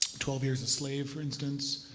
twelve years a slave for instance.